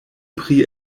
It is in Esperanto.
pri